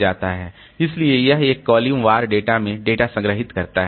इसलिए यह एक कॉलम वार डेटा में डेटा संग्रहीत करता है